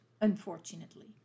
unfortunately